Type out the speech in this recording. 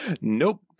Nope